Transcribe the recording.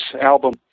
album